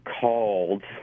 called